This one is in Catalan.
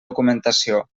documentació